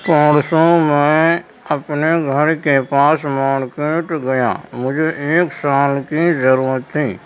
پرسوں میں اپنے گھر کے پاس ماڑکیٹ گیا مجھے ایک سال کی ضرورت تھی